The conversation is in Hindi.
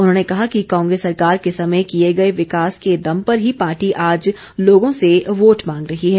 उन्होंने कहा कि कांग्रेस सरकार के समय किए गए विकास के दम पर ही पार्टी आज लोगों से वोट मांग रही है